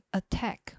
attack